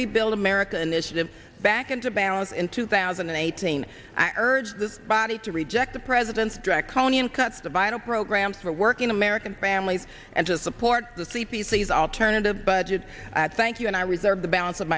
rebuild america initiative back into balance in two thousand and eighteen i urge this body to reject the president draco nian cuts the vital programs for working american families and to support the three pieces alternative budget thank you and i reserve the balance of